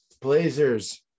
Blazers